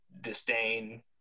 disdain